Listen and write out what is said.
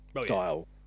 style